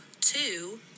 Two